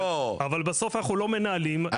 אבל בסוף אנחנו לא מנהלים מרשם פיקטיבי.